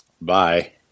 Bye